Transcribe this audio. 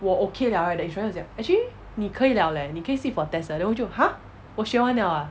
我 okay liao right the instructor 就讲 actually 你可以 liao leh 你可以 sit for test 了 then 我就 !huh! 我学完 liao ah